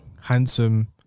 handsome